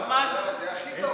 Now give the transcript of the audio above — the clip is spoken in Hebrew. ישיבת מליאת הכנסת.